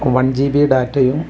one G B ഡാറ്റയും